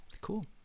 cool